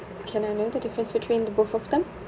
can I know the difference between the both of them